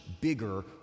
bigger